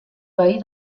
veí